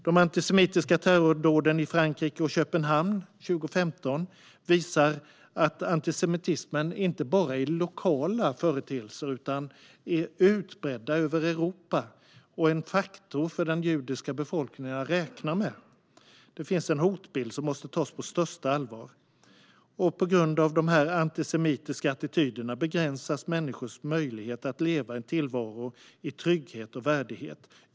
De antisemitiska terrordåden i Frankrike och Köpenhamn 2015 visar att antisemitismen inte bara består av lokala företeelser, utan det är något som är utbrett över Europa och en faktor för den judiska befolkningen att räkna med. Det finns en hotbild som måste tas på största allvar. På grund av dessa antisemitiska attityder begränsas människors möjlighet att leva i en tillvaro av trygghet och värdighet.